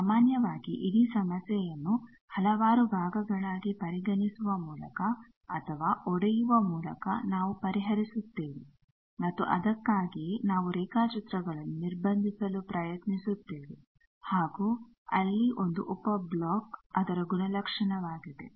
ಸಾಮಾನ್ಯವಾಗಿ ಇಡೀ ಸಮಸ್ಯೆಯನ್ನು ಹಲವಾರು ಭಾಗಗಳಾಗಿ ಪರಿಗಣಿಸುವ ಮೂಲಕ ಅಥವಾ ಒಡೆಯುವ ಮೂಲಕ ನಾವು ಪರಿಹರಿಸುತ್ತೇವೆ ಮತ್ತು ಅದಕ್ಕಾಗಿಯೇ ನಾವು ರೇಖಾಚಿತ್ರಗಳನ್ನು ನಿರ್ಬಂಧಿಸಲು ಪ್ರಯತ್ನಿಸುತ್ತೇವೆ ಹಾಗೂ ಅಲ್ಲಿ ಒಂದು ಉಪ ಬ್ಲಾಕ್ ಅದರ ಗುಣಲಕ್ಷಣವಾಗಿದೆ